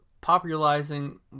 popularizing